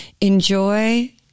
Enjoy